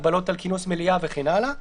הגבלות על כינוס מליאה וכן הלאה.